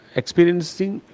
experiencing